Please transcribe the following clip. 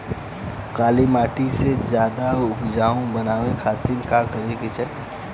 काली माटी के ज्यादा उपजाऊ बनावे खातिर का करे के चाही?